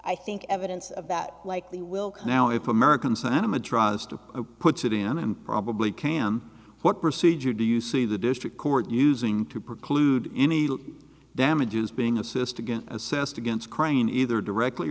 i think evidence of that likely will come now if american sentiment tries to put it in and probably can what procedure do you see the district court using to preclude any damages being assessed again assessed against crane either directly